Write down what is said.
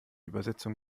übersetzung